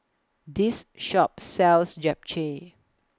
This Shop sells Japchae